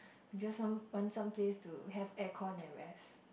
I just some want some place to have air con and rest